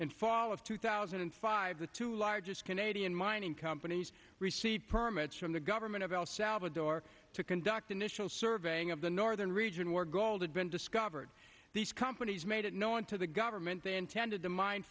in fall of two thousand and five the two largest canadian mining companies received permits from the government of el salvador to conduct initial surveying of the northern region where gold had been discovered these companies made it known to the government they intended to min